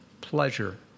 pleasure